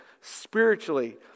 spiritually